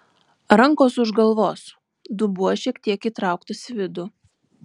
rankos už galvos dubuo šiek tiek įtrauktas į vidų